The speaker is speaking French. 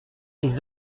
les